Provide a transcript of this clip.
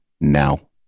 now